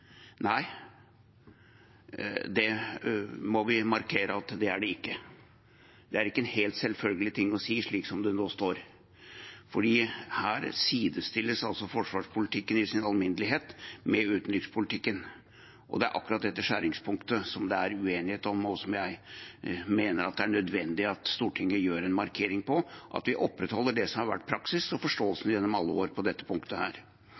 Nei, det må vi markere at det er det ikke. Det er ikke en helt selvfølgelig ting å si, slik som det nå står, for her sidestilles altså forsvarspolitikken i sin alminnelighet med utenrikspolitikken. Det er akkurat dette skjæringspunktet det er uenighet om, og som jeg mener det er nødvendig at Stortinget foretar en markering av – at vi opprettholder det som har vært praksis og forståelsen gjennom alle år på dette punktet.